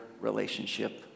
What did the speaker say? relationship